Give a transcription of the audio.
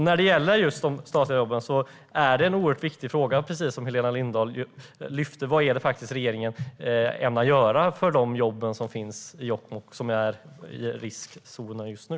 När det gäller just de statliga jobben lyfte Helena Lindahl fram en oerhört viktig fråga: Vad ämnar regeringen göra för de jobb som finns i Jokkmokk och som är i riskzonen just nu?